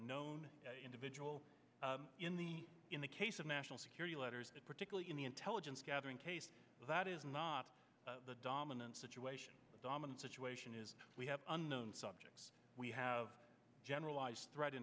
known individual in the in the case of national security letters particularly in the intelligence gathering case that is not the dominant situation dominant situation is we have unknown subjects we have generalized threat